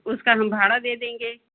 उसका हम भाड़ा दे देंगे